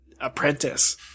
apprentice